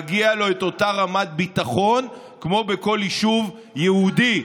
מגיעה לו אותה רמת ביטחון כמו בכל יישוב יהודי.